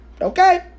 Okay